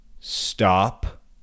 stop